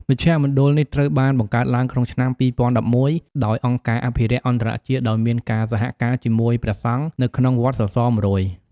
មជ្ឈមណ្ឌលនេះត្រូវបានបង្កើតឡើងក្នុងឆ្នាំ ២០១១ ដោយអង្គការអភិរក្សអន្តរជាតិដោយមានការសហការជាមួយព្រះសង្ឃនៅក្នុងវត្តសសរ ១០០ ។